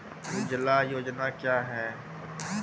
उजाला योजना क्या हैं?